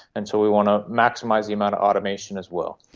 and so we want to maximise the amount of automation as well.